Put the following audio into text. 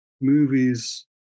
movies